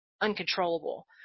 uncontrollable